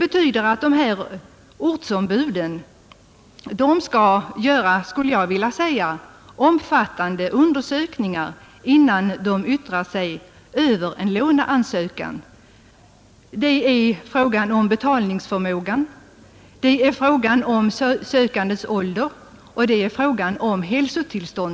Innan ortsombuden yttrar sig över en låneansökan skall de göra omfattande Nr 61 undersökningar beträffande betalningsförmåga samt den sökandes ålder Onsdagen den och hälsotillstånd.